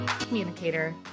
Communicator